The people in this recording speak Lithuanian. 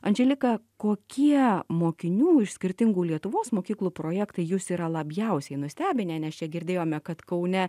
andželika kokie mokinių iš skirtingų lietuvos mokyklų projektai jus yra labiausiai nustebinę nes čia girdėjome kad kaune